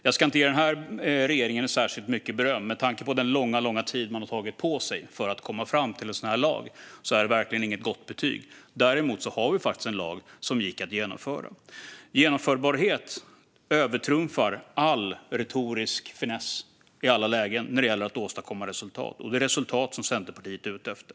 Jag ger inte denna regering särskilt högt betyg med tanke på den långa tid man tog på sig för att ta fram en sådan här lag, men det blev ändå en lag som gick att genomföra. Genomförbarhet övertrumfar retorisk finess i alla lägen när det gäller att åstadkomma resultat, och det är resultat som Centerpartiet är ute efter.